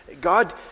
God